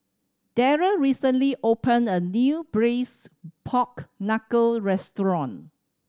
Darryll recently opened a new Braised Pork Knuckle restaurant